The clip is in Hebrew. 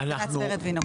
סנ"צ ורד ויניקוב.